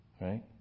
Right